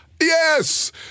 Yes